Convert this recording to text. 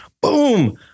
Boom